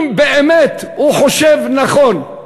אם באמת הוא חושב נכון,